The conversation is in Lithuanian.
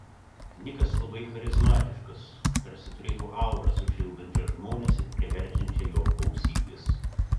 nikas labai charizmatiškas tarsi turėtų aurą sušildančią žmones ir priverčiančią jo klausytis